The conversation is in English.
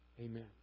Amen